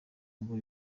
ngo